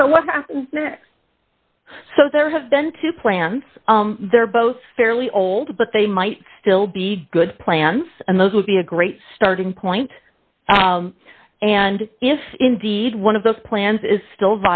and so what happens next so there have been two plans there both fairly old but they might still be good plans and those would be a great starting point and if indeed one of those plans is still